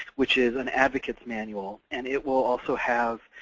which is an advocates' manual, and it will also have